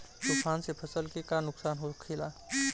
तूफान से फसल के का नुकसान हो खेला?